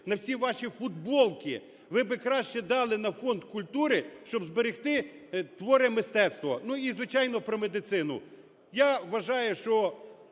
на всі ваші футболки, ви би краще дали на фонд культури, щоб зберегти твори мистецтва. Ну і, звичайно, про медицину. Я вважаю, що